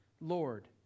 Lord